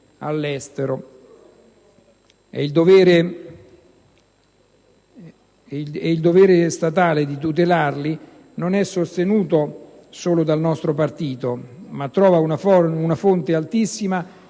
all'estero. E il dovere statale di tutelarli non è sostenuto solo dal nostro partito, ma trova una fonte altissima